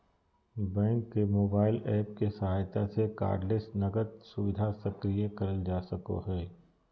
bank के mobile app के सहायता से कार्डलेस नकद सुविधा सक्रिय करल जा सको हय